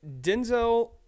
Denzel